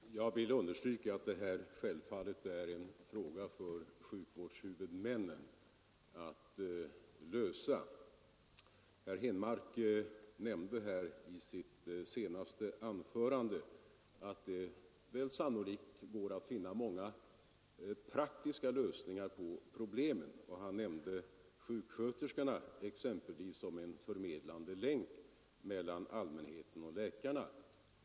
Herr talman! Jag vill understryka att detta självfallet är en fråga för sjukvårdshuvudmännen att lösa. Herr Henmark nämnde i sitt senaste anförande att det sannolikt är möjligt att finna många praktiska lösningar på problemen, och han nämnde som exempel sjuksköterskorna som en förmedlande länk mellan allmänheten och läkarna.